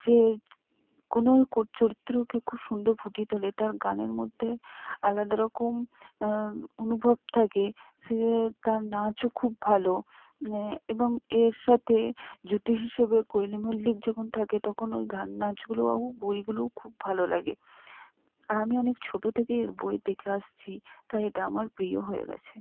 যে কোনো চরিত্রকে খুব সুন্দর ফুটিয়ে তোলে তার গানের মধ্যে আলাদা রকম অনুভব থাকে সে তার নাচও খুব ভালো মানে এবং এর সাথে জুটি হিসেবে কোয়েল মল্লিক যখন থাকে তখন ওর ঘান নাচ বইগুলোও খুব ভালো লাগে আর আমি অনেক ছোটো থেকেই এর বই দেখে আসছি তাই এটা আমার প্রিয় হয়ে গেছে